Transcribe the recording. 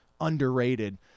underrated